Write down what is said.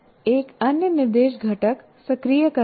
एक अन्य निर्देश घटक सक्रिय करना है